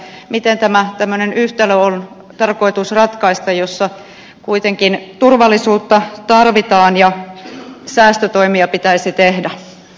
miten tämmöinen yhtälö on tarkoitus ratkaista jossa kuitenkin turvallisuutta tarvitaan ja säästötoimia pitäisi tehdä